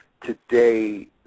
today